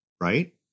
right